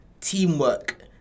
teamwork